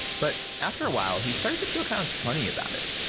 but after awhile he started to feel kind of funny about it.